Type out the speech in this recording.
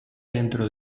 dentro